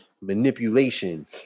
manipulation